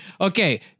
Okay